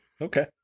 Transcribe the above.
Okay